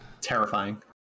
terrifying